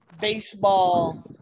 baseball